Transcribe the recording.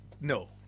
No